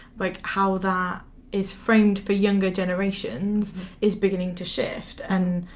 like how that is framed for younger generations is beginning to shift. and